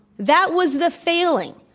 that was the failing.